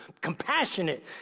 compassionate